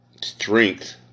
strength